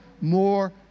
more